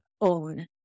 own